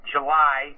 July